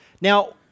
Now